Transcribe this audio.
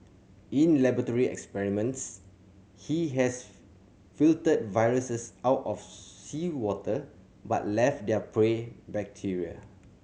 in laboratory experiments he has filtered viruses out of seawater but left their prey bacteria